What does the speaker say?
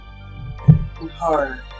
Hard